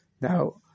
Now